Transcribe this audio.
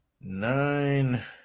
nine